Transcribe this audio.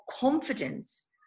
confidence